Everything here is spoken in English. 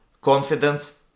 confidence